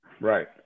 Right